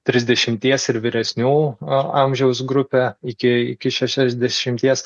trisdešimties ir vyresnių a amžiaus grupę iki iki šešiasdešimties